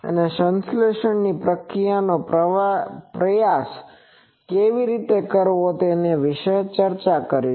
અને સંશ્લેષણ પ્રક્રિયાનો પ્રયાસ કેવી રીતે કરવો તે વિશે ચર્ચા કરીશું